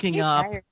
up